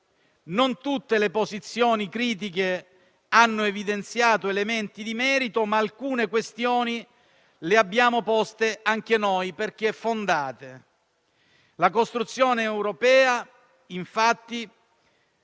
Non tutte le posizioni critiche hanno evidenziato elementi di merito, ma alcune questioni le abbiamo poste anche noi, perché fondate. La costruzione europea, infatti,